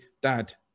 dad